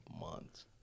months